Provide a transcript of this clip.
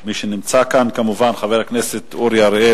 מי שנמצא כאן כמובן: חבר הכנסת אורי אריאל,